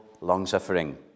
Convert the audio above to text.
long-suffering